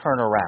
turnaround